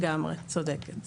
לגמרי, צודקת.